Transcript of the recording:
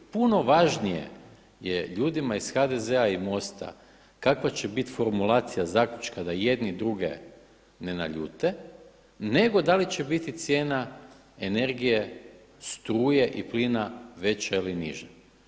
Puno važnije je ljudima iz HDZ-a i MOST-a kakva će biti formulacija zaključka da jedni druge ne naljute nego da li će biti cijena energije struje i plina veća ili niža.